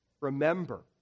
Remember